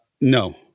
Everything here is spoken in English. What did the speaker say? No